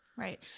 Right